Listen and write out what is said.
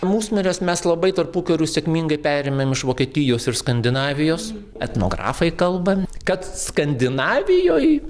musmires mes labai tarpukariu sėkmingai perėmėm iš vokietijos ir skandinavijos etnografai kalbam kad skandinavijoj